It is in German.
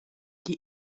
die